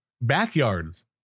backyards